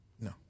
No